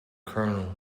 colonel